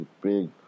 big